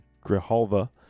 Grijalva